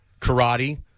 karate